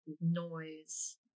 noise